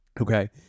Okay